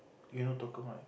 you know Tekong right